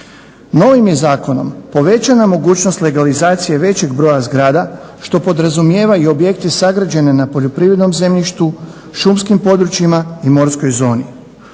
Novim je zakonom povećana mogućnost legalizacije većeg broja zgrada što podrazumijeva i objekte sagrađene na poljoprivrednom zemljištu, šumskim područjima i morskoj zoni.